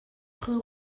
rue